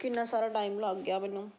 ਕਿੰਨਾ ਸਾਰਾ ਟਾਈਮ ਲੱਗ ਗਿਆ ਮੈਨੂੰ